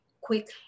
quick